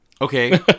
Okay